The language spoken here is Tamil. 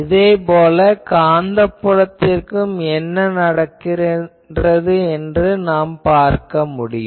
இதேபோல காந்த புலத்திற்கும் என்ன நடக்கிறது என்று நாம் பார்க்க முடியும்